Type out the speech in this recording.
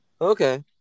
Okay